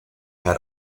had